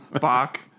Bach